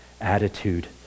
attitude